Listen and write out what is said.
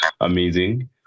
amazing